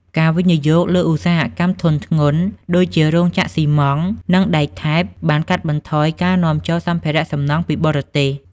ការវិនិយោគលើឧស្សាហកម្មធុនធ្ងន់ ដូចជារោងចក្រស៊ីម៉ងត៍ និងដែកថែប បានកាត់បន្ថយការនាំចូលសម្ភារសំណង់ពីបរទេស។